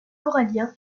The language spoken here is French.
corallien